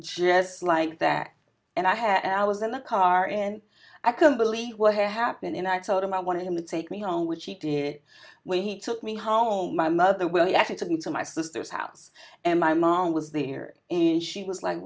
just like that and i had i was in the car and i can't believe what had happened and i told him i wanted him to take me on which he did when he took me home my mother will actually took me to my sister's house and my mom was there in she was like